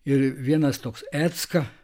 ir vienas toks ecka